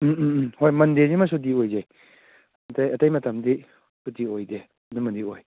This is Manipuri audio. ꯎꯝ ꯎꯝ ꯎꯝ ꯍꯣꯏ ꯃꯟꯗꯦꯁꯤꯃ ꯁꯨꯇꯤ ꯑꯣꯏꯖꯩ ꯑꯇꯩ ꯑꯇꯩ ꯃꯇꯝꯗꯤ ꯁꯨꯇꯤ ꯑꯣꯏꯗꯦ ꯑꯗꯨꯃꯗꯤ ꯑꯣꯏ